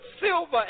silver